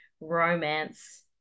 romance